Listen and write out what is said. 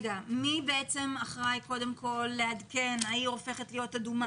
מי אחראי קודם כל לעדכן שהעיר הופכת לאדומה?